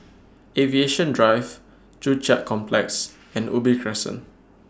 Aviation Drive Joo Chiat Complex and Ubi Crescent